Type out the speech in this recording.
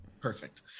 Perfect